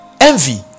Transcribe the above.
envy